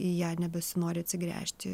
į ją nebesinori atsigręžti